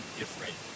different